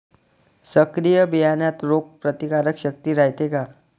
संकरित बियान्यात रोग प्रतिकारशक्ती रायते का?